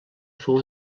fou